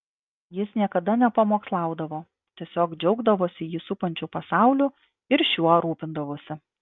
jis niekada nepamokslaudavo tiesiog džiaugdavosi jį supančiu pasauliu ir šiuo rūpindavosi